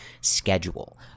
schedule